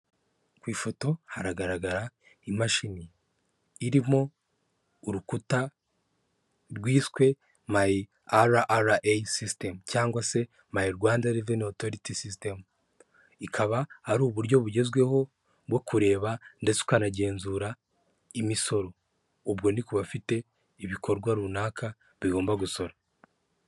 Ku ifoto haragaragara imashini irimo urukuta rwiswe mayi ara ara eyi sisitemu cyangwa se mayi Rwanda reveni otoriti sisitemu ikaba ari uburyo bugezweho bwo kureba ndetse ukanagenzura imisoro ubwo ni ku bafite ibikorwa runaka bigomba gusora.